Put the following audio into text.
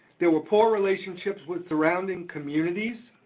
there were poor relationships with surrounding communities,